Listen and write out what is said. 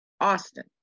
Austin